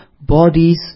bodies